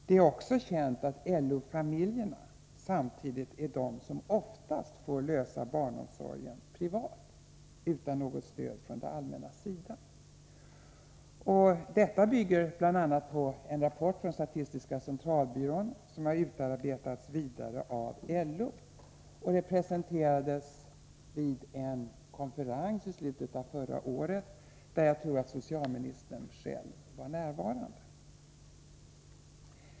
Det är också känt att LO familjerna samtidigt är de som oftast får lösa barnomsorgsfrågan privat utan något stöd från det allmännas sida. Detta framgår av en rapport från statistiska centralbyrån som har utarbetats vidare av LO och som presenterades vid en konferens i slutet av förra året, där jag tror att socialministern själv var närvarande.